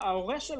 לעומת הורה אחר